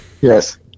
Yes